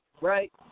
Right